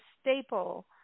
staple